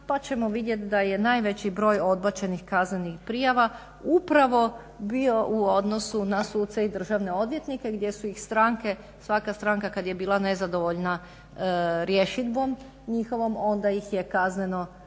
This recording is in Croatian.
pa ćemo vidjeti da je najveći odbačenih kaznenih prijava upravo bio u odnosu na suce i državne odvjetnike gdje su ih stranke svaka stranka kad je bila nezadovoljna rješidbom njihovom onda ih je kazneno prijavila.